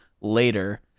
later